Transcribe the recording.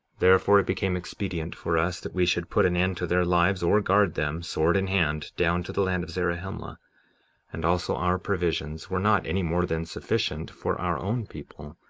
therefore it became expedient for us, that we should put an end to their lives, or guard them, sword in hand, down to the land of zarahemla and also our provisions were not any more than sufficient for our own people,